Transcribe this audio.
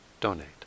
donate